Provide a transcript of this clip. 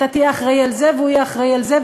אתה תהיה אחראי לזה והוא יהיה אחראי לזה,